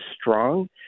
strong